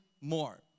more